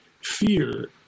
fear